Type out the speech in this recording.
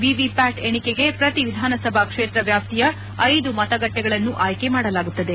VVPAT ಎಣಿಕೆಗೆ ಪ್ರತಿ ವಿಧಾನಸಭಾ ಕ್ಷೇತ್ರ ವ್ಯಾಪ್ತಿಯ ಐದು ಮತಗಟ್ಟೆಗಳನ್ನು ಆಯ್ಕೆ ಮಾಡಲಾಗುತ್ತದೆ